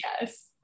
Yes